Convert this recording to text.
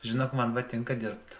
žinot man patinka dirbt